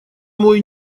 мой